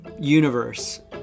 universe